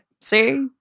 See